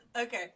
Okay